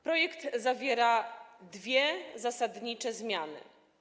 Projekt zawiera dwie zasadnicze zmiany.